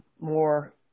more